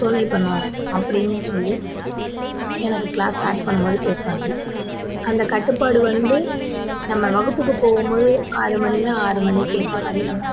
துணை பண்ணும் அப்படின்னு சொல்லி எனக்கு க்ளாஸ் ஸ்டார்ட் பண்ணும்போது பேசினாங்க அந்த கட்டுப்பாடு வந்து நம்ம வகுப்புக்கு போகும்போது ஆறுமணின்னால் ஆறு மணிக்கேற்றமாரி நம்ம